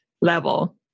level